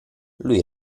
lui